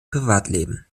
privatleben